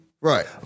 Right